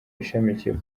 ishamikiye